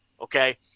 Okay